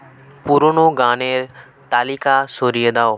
পুরোনো গানের তালিকা সরিয়ে দাও